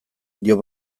dio